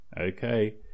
okay